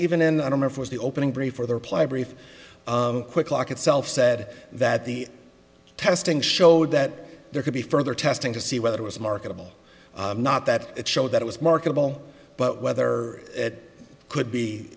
for the opening brief for the reply brief quick lock itself said that the testing showed that there could be further testing to see whether it was marketable not that it showed that it was marketable but whether it could be